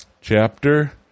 Chapter